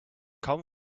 kaum